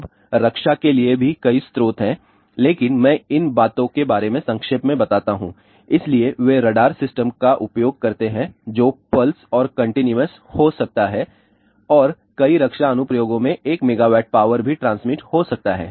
अब रक्षा के लिए भी कई स्रोत हैं लेकिन मैं इन बातों के बारे में संक्षेप में बताता हूं इसलिए वे रडार सिस्टम का उपयोग करते हैं जो पल्स और कंटीन्यूअस हो सकता है और कई रक्षा अनुप्रयोगों में 1 MW पावर भी ट्रांसमिट हो सकता है